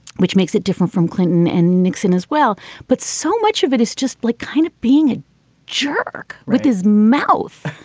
which makes it different from clinton and nixon as well but so much of it is just like kind of being a jerk with his mouth.